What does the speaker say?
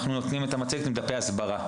אנחנו נותנים את המצגת עם דפי הסברה.